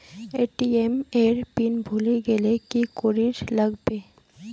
ATM এর PIN ভুলি গেলে কি করিবার লাগবে?